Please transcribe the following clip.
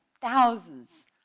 thousands